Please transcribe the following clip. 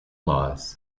laws